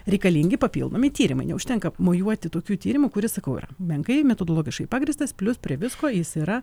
reikalingi papildomi tyrimai neužtenka mojuoti tokiu tyrimu kuris sakau yra menkai metodologiškai pagrįstas plius prie visko jis yra